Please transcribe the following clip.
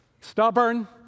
stubborn